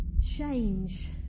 change